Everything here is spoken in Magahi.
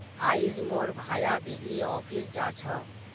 आइज मोर भाया बिजली ऑफिस जा छ